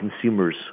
consumers